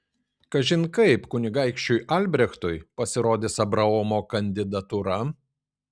kažin kaip kunigaikščiui albrechtui pasirodys abraomo kandidatūra